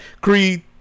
Creed